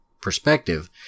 perspective